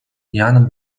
jan